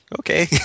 okay